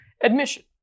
Admission